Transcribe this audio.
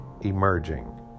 emerging